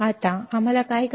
आता आम्हाला काय करायचे आहे